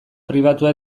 pribatua